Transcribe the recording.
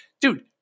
Dude